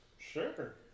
Sure